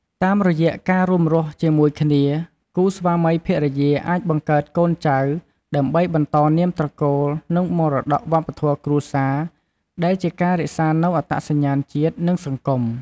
តាមរយៈការរួមរស់ជាមួយគ្នា គូស្វាមីភរិយាអាចបង្កើតកូនចៅ ដើម្បីបន្តនាមត្រកូល និងមរតកវប្បធម៌គ្រួសារ ដែលជាការរក្សានូវអត្តសញ្ញាណជាតិ និងសង្គម។